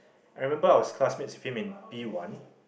I remember I was classmate with him in P one